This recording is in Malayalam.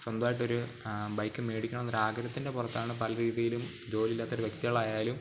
സ്വന്തമായിട്ടൊരു ബൈക്ക് മേടിക്കണം എന്നൊരു ആഗ്രഹത്തിൻ്റെ പുറത്താണ് പല രീതിയിലും ജോലിയില്ലാത്തൊരു വ്യക്തികളായാലും